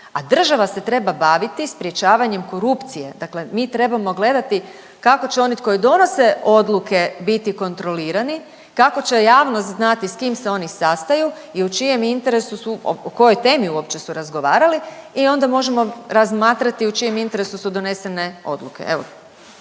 a država se treba baviti sprječavanjem korupcije, dakle mi trebamo gledati kako će oni koji donose odluke biti kontrolirani, kako će javnost znati s kim se oni sastaju i u čijem interesu su, o kojoj temi uopće su razgovarali i onda možemo razmatrati u čijem interesu su donesene odluke,